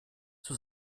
zur